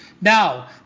Now